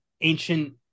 ancient